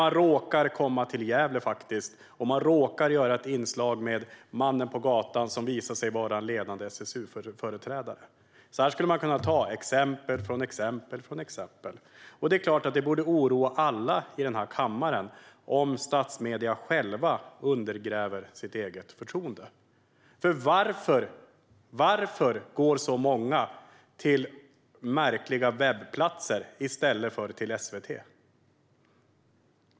Man råkar komma till Gävle, och man råkar göra ett inslag med mannen på gatan, som visar sig vara en ledande SSU-företrädare. Så här skulle man kunna hålla på och ta upp exempel på exempel. Det är klart att det borde oroa alla i den här kammaren om statsmedierna själva undergräver sitt eget förtroende. För varför går så många till märkliga webbplatser i stället för till SVT?